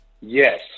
Yes